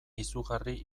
izugarri